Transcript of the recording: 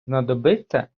знадобиться